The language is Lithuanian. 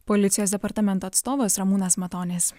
policijos departamento atstovas ramūnas matonis